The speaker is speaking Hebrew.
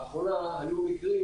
לאחרונה היו מקרים